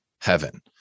heaven